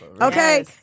Okay